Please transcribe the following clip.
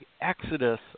exodus